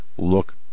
look